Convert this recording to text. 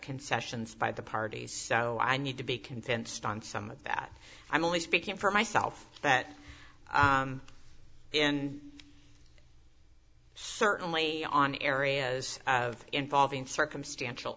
concessions by the parties so i need to be convinced on some of that i'm only speaking for myself that certainly on areas of involving circumstantial